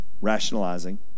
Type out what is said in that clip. Rationalizing